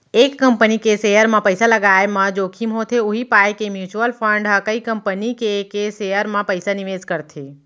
एक कंपनी के सेयर म पइसा लगाय म जोखिम होथे उही पाय के म्युचुअल फंड ह कई कंपनी के के सेयर म पइसा निवेस करथे